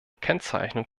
kennzeichnung